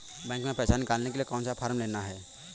Bank में पैसा निकालने के लिए कौन सा फॉर्म लेना है?